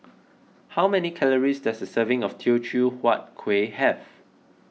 how many calories does a serving of Teochew Huat Kueh have